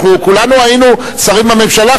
אנחנו כולנו היינו שרים בממשלה,